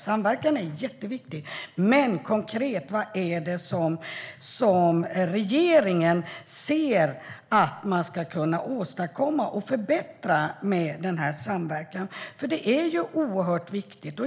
Samverkan är jätteviktig, men jag vill veta konkret vad regeringen ser att man ska kunna åstadkomma och förbättra genom denna samverkan. Det är nämligen oerhört viktigt.